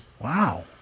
Wow